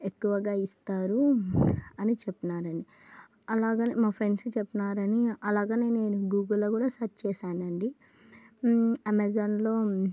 ఎక్కువగా ఇస్తారు అని చెప్పారండి అలాగని మా ఫ్రెండ్స్ చెప్పారని అలాగా నేను గూగుల్లో కూడా సెర్చ్ చేశానండి అమెజాన్లో